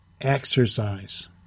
Exercise